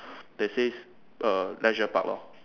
that says err Leisure Park lor